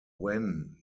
when